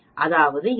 அதாவது இந்த பக்கம் 0